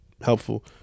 helpful